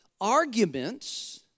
arguments